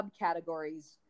subcategories